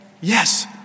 yes